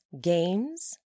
games